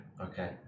Okay